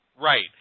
Right